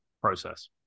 process